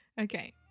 Okay